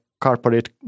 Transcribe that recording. corporate